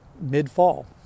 mid-fall